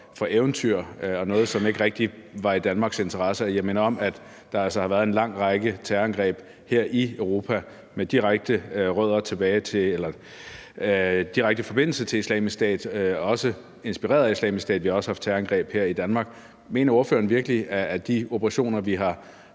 for eventyr, som ikke rigtig var i Danmarks interesser. Jeg minder om, at der altså har været en lang række terrorangreb her i Europa med direkte forbindelse til Islamisk Stat og også inspireret af Islamisk Stat. Vi har også haft terrorangreb her i Danmark. Mener ordføreren virkelig, at de operationer, vi har